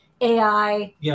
AI